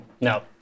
No